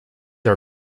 are